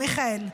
מיכאל,